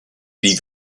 puis